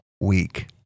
week